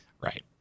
Right